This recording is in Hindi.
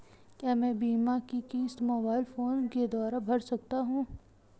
क्या मैं बीमा की किश्त मोबाइल फोन के द्वारा भर सकता हूं?